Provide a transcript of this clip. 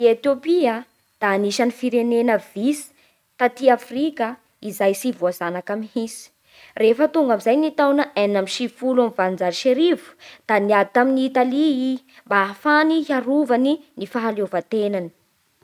I Etopia a da anisan'ny firenena vitsy taty Afrika izay tsy voazanaka mihitsy. Rehefa tonga amin'izay ny taogna enina amby sivifolo amin'ny valonjato sy arivo da niady tamin'i Italia i mba ahafahany hiarovany ny fahaleovan-tenany.